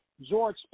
George